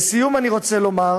לסיום אני רוצה לומר